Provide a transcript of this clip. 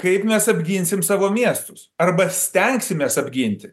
kaip mes apginsime savo miestus arba stengsimės apginti